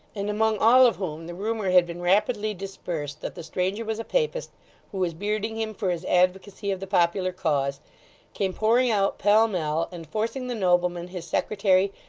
and among all of whom the rumour had been rapidly dispersed that the stranger was a papist who was bearding him for his advocacy of the popular cause came pouring out pell-mell, and, forcing the nobleman, his secretary,